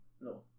No